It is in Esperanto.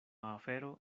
afero